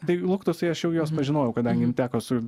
tai luktus tai aš jau juos pažinojau kadangi teko su